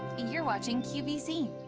you are watching qvc